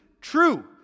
true